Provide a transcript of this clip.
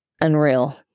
unreal